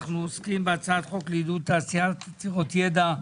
אנחנו עוסקים בהצעת חוק לעידוד תעשייה עתירת ידע,